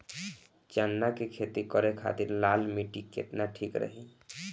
चना के खेती करे के खातिर लाल मिट्टी केतना ठीक रही?